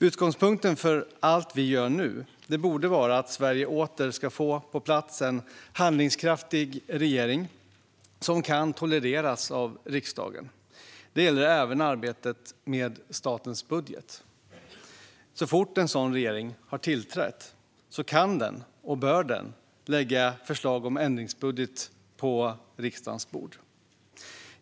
Utgångspunkten för allt vi gör nu borde vara att Sverige åter ska få på plats en handlingskraftig regering som kan tolereras av riksdagen. Det gäller även arbetet med statens budget. Så fort en sådan regering har tillträtt kan och bör den lägga fram ett förslag om ändringsbudget på riksdagens bord.